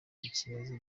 ikibazo